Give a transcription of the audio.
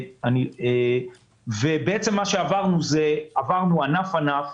בעצם עברנו ענף-ענף,